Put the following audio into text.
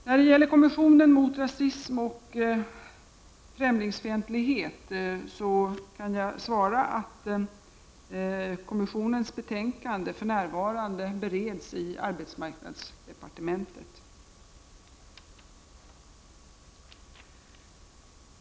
När det gäller kommissionen mot rasism och främlingsfientlighet kan jag svara att kommissionens betänkande för närvarande bereds i arbetsmarknadsdepartementet.